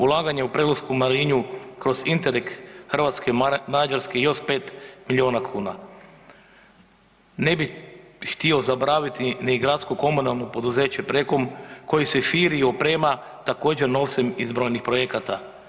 Ulaganje u Prelošku marinu kroz Interreg Hrvatske i Mađarske još 5 milijuna kuna, ne bih htio zaboraviti ni Gradsko-komunalno poduzeće PRE-KOM koji se širi i oprema također novcem iz brojnih projekata.